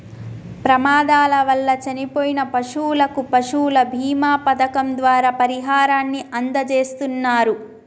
ప్రమాదాల వల్ల చనిపోయిన పశువులకు పశువుల బీమా పథకం ద్వారా పరిహారాన్ని అందజేస్తున్నరు